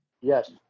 Yes